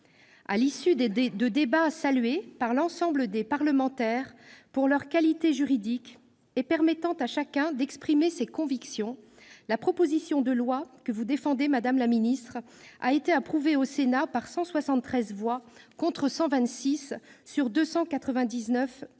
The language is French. À l'issue de débats salués par l'ensemble des parlementaires pour leur qualité juridique et la possibilité donnée à chacun d'exprimer ses convictions, la proposition de loi que vous défendez, madame la ministre, avait ainsi été approuvée au Sénat par 173 voix, contre 126, sur les 299 votes